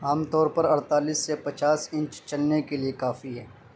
عام طور اڑتالیس سے پچاس انچ چلنے کے لئے کافی ہے